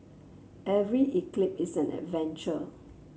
every eclipse is an adventure